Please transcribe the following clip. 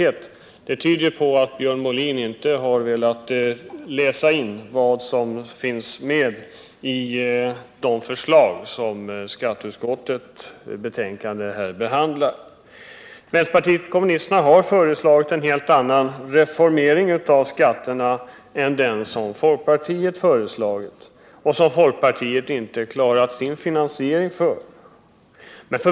Det tyder på att Björn Molin inte har läst de förslag som behandlas i skatteutskottets betänkande. Vänsterpartiet kommunisterna har föreslagit en helt annan reformering av skatterna än den som folkpartiet förordar och som folkpartiet inte klarar att finansiera.